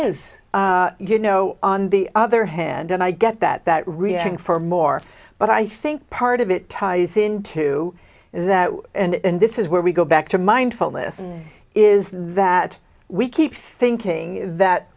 is you know on the other hand and i get that reaction for more but i think part of it ties into that and this is where we go back to mindfulness is that we keep thinking that